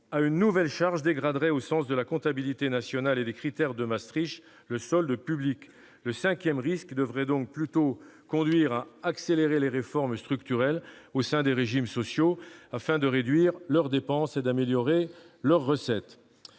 à une nouvelle charge dégraderait, au sens de la comptabilité nationale et des critères de Maastricht, le solde public. Le cinquième risque devrait plutôt conduire à accélérer les réformes structurelles au sein des régimes sociaux, afin de réduire leurs dépenses et d'améliorer leurs recettes.